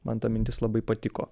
man ta mintis labai patiko